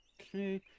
Okay